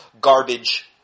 garbage